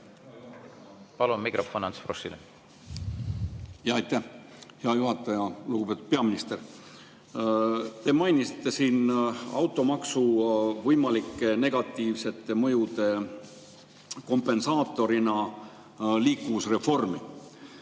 Palun mikrofon Ants Froschile! Aitäh, hea juhataja! Lugupeetud peaminister! Te mainisite siin automaksu võimalike negatiivsete mõjude kompensaatorina liikuvusreformi,